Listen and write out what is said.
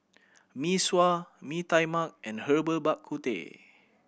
Mee Sua Mee Tai Mak and Herbal Bak Ku Teh